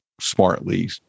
smartly